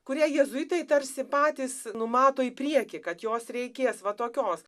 kuria jėzuitai tarsi patys numato į priekį kad jos reikės va tokios